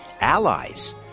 allies